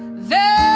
then